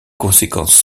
conséquences